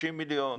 30 מיליון?